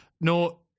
No